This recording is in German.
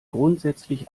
grundsätzlich